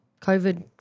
COVID